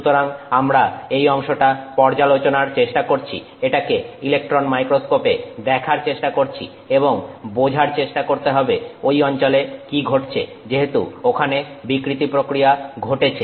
সুতরাং আমরা এই অংশটা পর্যালোচনার চেষ্টা করছি এটাকে ইলেকট্রন মাইক্রোস্কোপে দেখার চেষ্টা করছি এবং বোঝার চেষ্টা করতে হবে ওই অঞ্চলে কি ঘটছে যেহেতু ওখানে বিকৃতি প্রক্রিয়া ঘটেছে